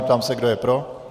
Ptám se, kdo je pro.